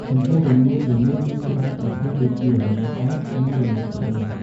ចំពោះរនាត រនាតមានច្រើនប្រភេទដូចជា រនាតឯក និង រនាតធុង។